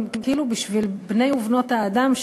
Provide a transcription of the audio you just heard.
הן כאילו בשביל בני ובנות האדם,